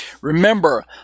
Remember